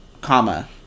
comma